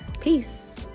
Peace